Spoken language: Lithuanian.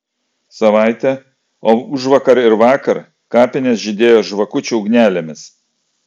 savaitė o užvakar ir vakar kapinės žydėjo žvakučių ugnelėmis